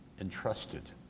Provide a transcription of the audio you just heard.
entrusted